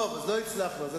לא עוברים על זה ככה.